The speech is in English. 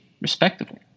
respectively